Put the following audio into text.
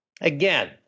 again